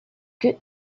good